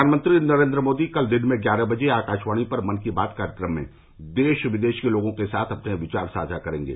प्रधानमंत्री नरेन्द्र मोदी कल दिन में ग्यारह बजे आकाशवाणी पर मन की बात कार्यक्रम में देश विदेश के लोगों के साथ अपने विचार साझा करेंगे